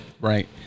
Right